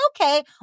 okay